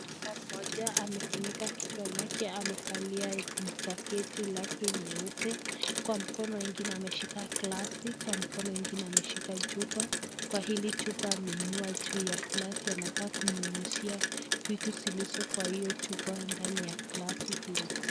Mama mmoja amefunika kichwa lake amevalia jaketi lake nyeupe, kwa mkono ingine ameshika glasi, kwa mkono ingine ameshika chupa, kwa hili chupa ameinua juu ya glasi inakaa kunyinyizia vitu zilizo kwa hiyo chupa ndani ya glasi hili.